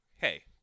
hey